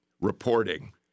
reporting